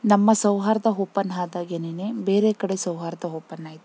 ನಮ್ಮ ಸೌಹಾರ್ದ ಓಪನ್ ಆದಾಗೆನೇ ಬೇರೆ ಕಡೆ ಸೌಹಾರ್ದ ಓಪನ್ ಆಯಿತು